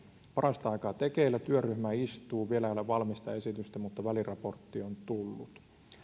parasta aikaa tekeillä työryhmä istuu vielä ei ole valmista esitystä mutta väliraportti on tullut